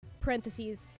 parentheses